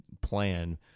plan